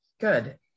Good